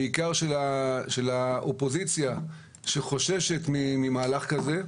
בעיקר של האופוזיציה שחוששת ממהלך כזה.